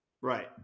Right